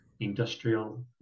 industrial